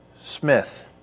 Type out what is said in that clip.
Smith